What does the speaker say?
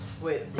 Wait